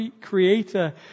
creator